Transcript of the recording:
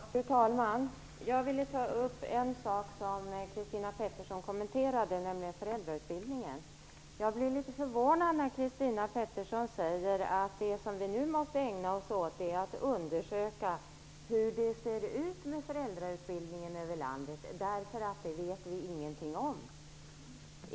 Fru talman! Jag vill ta upp en sak som Christina Jag blir litet förvånad när Christina Pettersson säger att det som vi nu måste ägna oss åt är att undersöka hur det ser ut med föräldrautbildningen över landet därför att vi inte vet någonting om det.